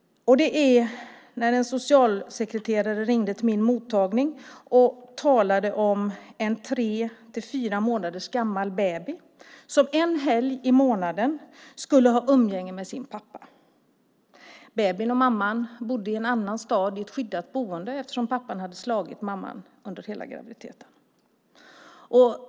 En socialsekreterare ringde till min mottagning och talade om en tre fyra månader gammal baby som en helg i månaden skulle ha umgänge med sin pappa. Babyn och mamman bodde i en annan stad och hade skyddat boende eftersom pappan under hela graviditeten hade slagit mamman.